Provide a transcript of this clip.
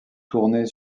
tourner